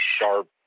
sharp